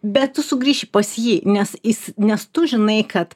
bet tu sugrįši pas jį nes jis nes tu žinai kad